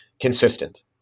consistent